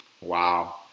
Wow